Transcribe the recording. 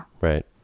Right